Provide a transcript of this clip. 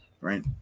Right